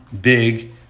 big